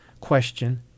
question